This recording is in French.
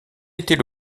était